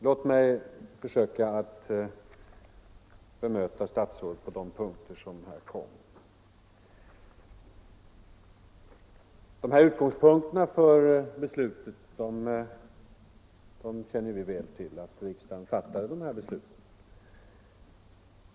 Låt mig försöka bemöta statsrådet på de punkter han tog upp. Utgångspunkterna för besluten känner vi väl till. Vi känner väl till att riksdagen fattade dessa beslut.